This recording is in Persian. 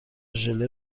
ژله